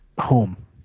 home